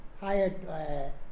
higher